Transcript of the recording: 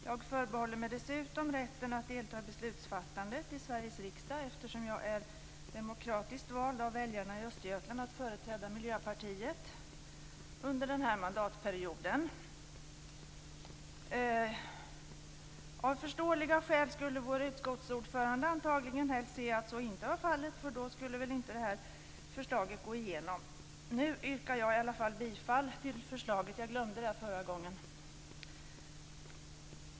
Jag förbehåller mig dessutom rätten att delta i beslutsfattandet i Sveriges riksdag, eftersom jag är demokratiskt vald av väljarna i Östergötland att företräda Miljöpartiet under den här mandatperioden. Av förståeliga skäl skulle vår utskottsordförande antagligen helst se att så inte var fallet, därför att då skulle väl förslaget inte gå igenom. Nu yrkar jag i alla fall bifall till förslaget, eftersom jag glömde det förra gången.